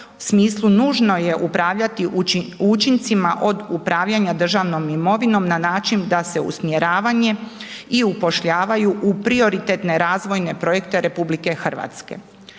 smislu nužno je upravljati u učincima od upravljanja državnom imovinom na način da se usmjeravanje i upošljavaju u prioritetne razvojne projekte RH.